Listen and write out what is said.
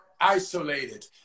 isolated